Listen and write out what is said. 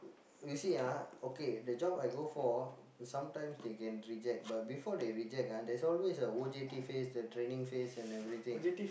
you see ah okay the job I go for sometimes they can reject but before they reject ah there's always a O_J_T phase the training phase and everything